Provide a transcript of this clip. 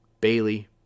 Bailey